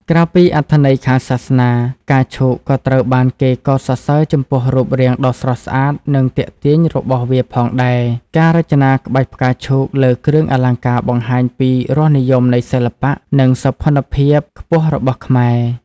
ក្រៅពីអត្ថន័យខាងសាសនា ផ្កាឈូកក៏ត្រូវបានគេកោតសរសើរចំពោះរូបរាងដ៏ស្រស់ស្អាត និងទាក់ទាញរបស់វាផងដែរ ការរចនាក្បាច់ផ្កាឈូកលើគ្រឿងអលង្ការបង្ហាញពីរសនិយមនៃសិល្បៈ និងសោភ័ណភាពខ្ពស់របស់ខ្មែរ។